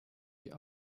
die